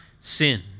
sin